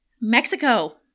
Mexico